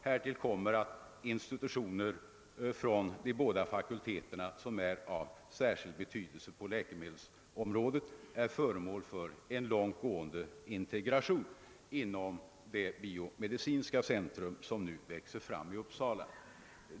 Härtill kommer att institutioner från dessa båda fakulteter som är av särskild betydelse på läkemedelsområdet är föremål för en långtgående integration inom det biomedicinska centrum som nu växer fram i Uppsala.